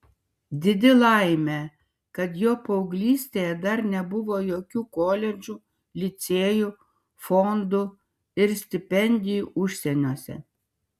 didi laimė kad jo paauglystėje dar nebuvo jokių koledžų licėjų fondų ir stipendijų užsieniuose